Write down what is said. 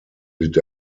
litt